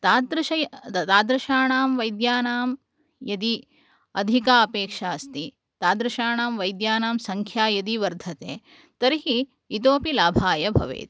तादृश तादृशानां वैद्यानां यदि अधिका अपेक्षा अस्ति तादृशाणां वैद्यानां सङ्ख्या यदि वर्धते तर्हि इतोऽपि लाभाय भवेत्